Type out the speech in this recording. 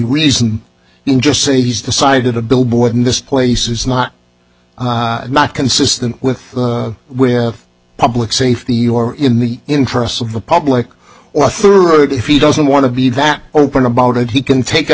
reason in just say he's decided a billboard in this place is not not consistent with with public safety or in the interests of the public or third if he doesn't want to be that open about it he can take it